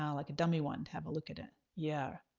um like a dummy one to have a look at it, yeah.